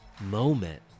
moment